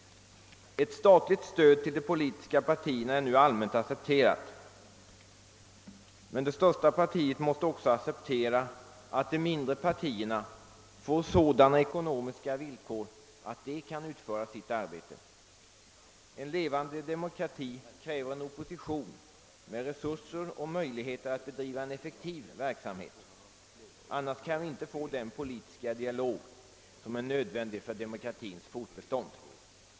Ett statligt stöd till de politiska partierna är nu allmänt accepterat. Men det största partiet måste också acceptera att de mindre partierna får sådana ekonomiska villkor att de kan utföra sitt arbete. En levande demokrati kräver en opposition med resurser och möjligheter att bedriva en effektiv verksamhet för att vi skall få den politiska dialog som är nödvändig för demokratins fortbestånd.